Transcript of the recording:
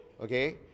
okay